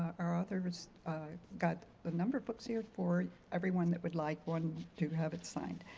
our authors got a number of books here for everyone that would like one to have it signed.